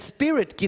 Spirit